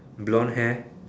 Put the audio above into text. blonde hair